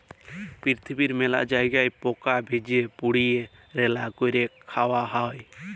পিরথিবীর মেলা জায়গায় পকা ভেজে, পুড়িয়ে, রাল্যা ক্যরে খায়া হ্যয়ে